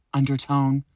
undertone